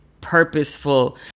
purposeful